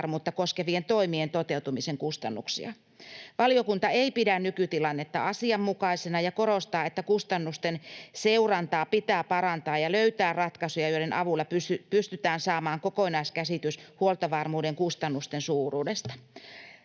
koskevien toimien toteutumisen kustannuksia. Valiokunta ei pidä nykytilannetta asianmukaisena ja korostaa, että kustannusten seurantaa pitää parantaa ja löytää ratkaisuja, joiden avulla pystytään saamaan kokonaiskäsitys huoltovarmuuden kustannusten suuruudesta.